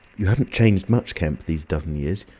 you haven't changed much, kemp, these dozen years.